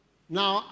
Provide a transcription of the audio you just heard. Now